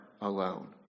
alone